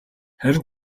харин